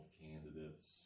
candidates